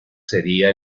sería